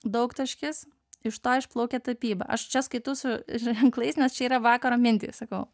daugtaškis iš to išplaukia tapyba aš čia skaitau su ženklais nes čia yra vakaro mintys sakau